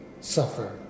suffer